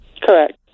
Correct